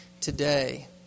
today